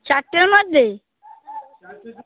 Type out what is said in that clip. চারটের মধ্যে